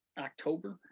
October